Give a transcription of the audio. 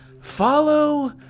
follow